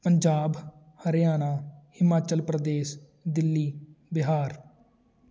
Punjab Haryana Himachal Pradesh Delhi Bihar